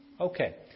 Okay